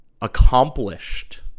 accomplished